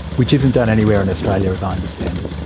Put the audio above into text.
which isn't done anywhere in australia, as i understand it.